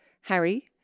Harry